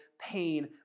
pain